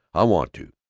i want to.